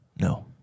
No